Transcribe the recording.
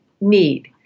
need